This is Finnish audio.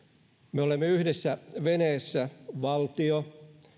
me olemme yhdessä veneessä valtio